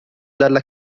dalla